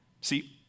See